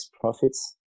profits